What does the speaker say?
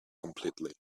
completely